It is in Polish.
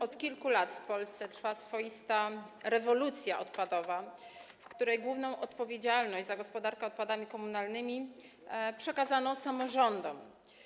Od kilku lat w Polsce trwa swoista rewolucja odpadowa, w ramach której główną odpowiedzialność za gospodarkę odpadami komunalnymi nałożono na samorządy.